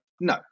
no